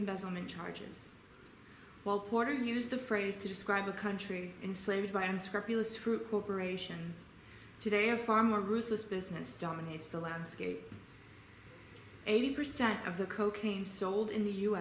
investment charges well for use the phrase to describe the country enslaved by unscrupulous fruit corporations today a far more ruthless business dominates the landscape eighty percent of the cocaine sold in the u